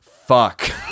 fuck